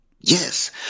Yes